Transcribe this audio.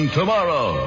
tomorrow